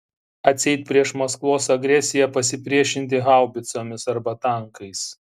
atseit prieš maskvos agresiją pasipriešinti haubicomis arba tankais